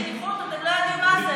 מה זה שליחות, אתם לא יודעים מה זה.